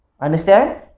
Understand